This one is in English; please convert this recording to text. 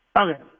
Okay